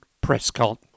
Prescott